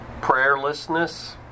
prayerlessness